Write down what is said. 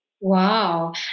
Wow